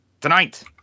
Tonight